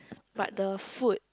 but the food